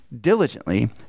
diligently